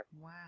Wow